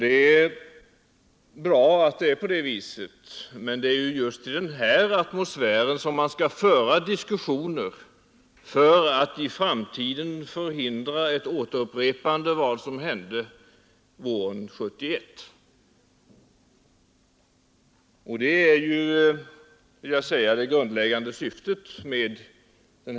Det är bra att det är på det viset och det är just i den här atmosfären man skall föra diskussioner för att förhindra ett återupprepande i framtiden av vad som hände våren 1971 — och det är det grundläggande syftet med vår motion.